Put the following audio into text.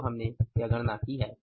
तो हमने यह गणना की है